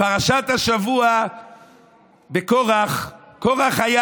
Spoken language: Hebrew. בפרשת השבוע קורח, קורח היה